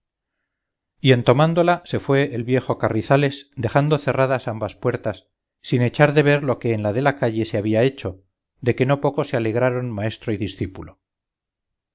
y en tomándola se fue el viejo carrizales dejando cerradas ambas puertas sin echar de ver lo que en la de la calle se había hecho de que no poco se alegraron maestro y discípulo